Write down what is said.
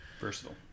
Versatile